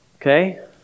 Okay